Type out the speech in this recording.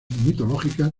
mitológicas